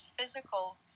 physical